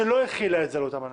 שלא החילה את זה על אותם אנשים,